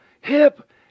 Hip